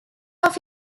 off